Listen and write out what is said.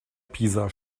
pisa